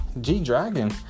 G-Dragon